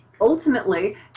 ultimately